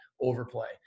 overplay